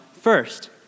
first